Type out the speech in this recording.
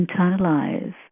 internalize